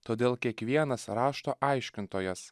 todėl kiekvienas rašto aiškintojas